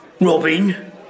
Robin